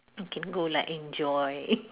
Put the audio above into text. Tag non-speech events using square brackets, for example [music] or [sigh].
okay go lah enjoy [noise]